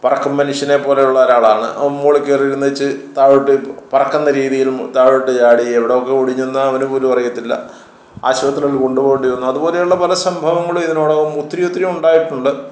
പറക്കും മനുഷ്യനെ പോലെയുള്ള ഒരാളാണ് അവൻ മോളിൽ കേറി ഇരുന്നേച്ച് താഴോട്ട് പറക്കുന്ന രീതിയിൽ താഴോട്ട് ചാടി എവിടെയൊക്കെയോ ഒടിഞ്ഞെന്ന് അവന് പോലും അറിയത്തില്ല ആശുപത്രിയിൽ കൊണ്ടു പോവേണ്ടിവന്നു അതുപോലെയുള്ള പല സംഭവങ്ങളും ഇതിനോടകം ഒത്തിരി ഒത്തിരി ഉണ്ടായിട്ടുണ്ട്